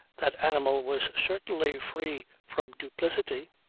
that animal was certainly free from duplicity.